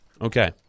Okay